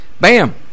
Bam